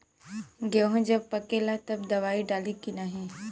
गेहूँ जब पकेला तब दवाई डाली की नाही?